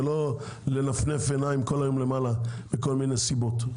ולא לנפנף עיניים למעלה מכל מיני סיבות.